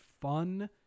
fun